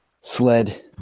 sled